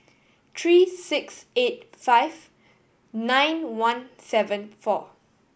three six eight five nine one seven four